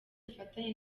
ubufatanye